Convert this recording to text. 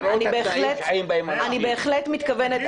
אני בהחלט מתכוונת.